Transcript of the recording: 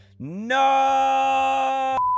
No